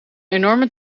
enorme